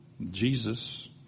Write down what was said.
Jesus